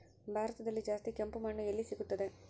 ಭಾರತದಲ್ಲಿ ಜಾಸ್ತಿ ಕೆಂಪು ಮಣ್ಣು ಎಲ್ಲಿ ಸಿಗುತ್ತದೆ?